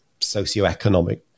socioeconomic